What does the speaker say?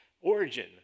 origin